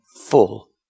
full